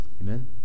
Amen